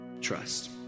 trust